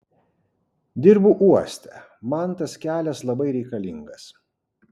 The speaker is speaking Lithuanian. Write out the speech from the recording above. dirbu uoste man tas kelias labai reikalingas